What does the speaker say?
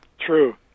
true